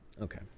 Okay